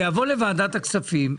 זה יבוא לוועדת הכספים,